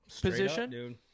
position